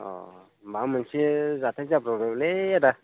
अ माबा मोनसे जाथाय जाब्रबलायबायलै आदा